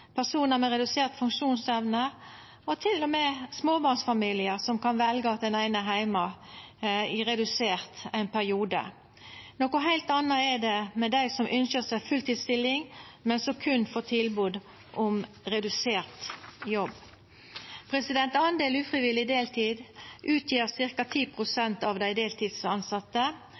personar med redusert funksjonsevne og til og med småbarnsfamiliar, som kan velja at den eine er heime i redusert stilling ein periode. Noko heilt anna er det med dei som ønskjer seg fulltidsstilling, men som berre får tilbod om redusert jobb. Andelen ufrivillig deltid utgjer ca. 10 pst. av dei